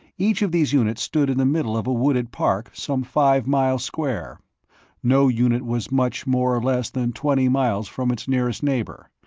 each of these units stood in the middle of a wooded park some five miles square no unit was much more or less than twenty miles from its nearest neighbor,